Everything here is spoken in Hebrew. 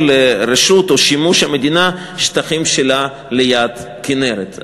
לרשות או לשימוש המדינה שטחים שלה ליד הכינרת.